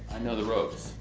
know the ropes.